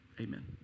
Amen